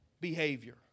behavior